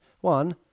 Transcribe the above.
one